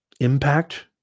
impact